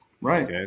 Right